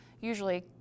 usually